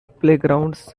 playgrounds